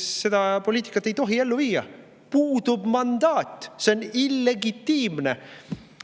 seda poliitikat ei tohi ellu viia, puudub mandaat, see on illegitiimne,